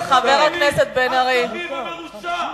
אכזרי ומרושע.